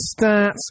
stats